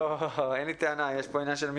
ובאיזה גילאים?